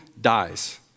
dies